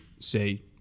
say